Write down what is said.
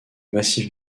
massif